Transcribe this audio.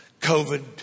COVID